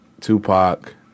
Tupac